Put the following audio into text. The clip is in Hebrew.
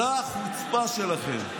זו החוצפה שלכם.